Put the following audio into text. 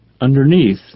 Underneath